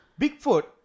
Bigfoot